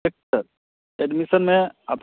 ठीक sir admission में आप